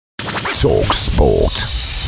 Talksport